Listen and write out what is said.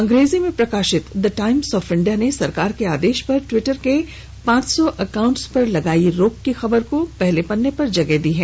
अंग्रेजी में प्रकाशित द टाइम्स ऑफ इंडिया ने सरकार के आदेश पर ट्विटर के पांच सौ अकाउंट पर लगायी गयी रोक की खबर को पहले पेज पर जगह दी है